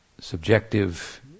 subjective